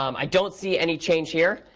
um i don't see any change here.